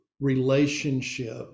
relationship